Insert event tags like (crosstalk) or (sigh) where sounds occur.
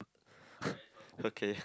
(laughs) okay